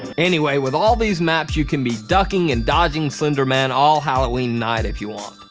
anyway, with all these maps you can be ducking and dodging slender man all halloween night if you want.